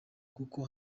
kuko